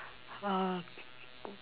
uh